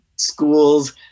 schools